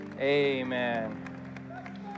Amen